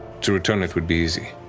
to return it would be easy.